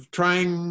trying